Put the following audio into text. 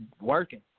working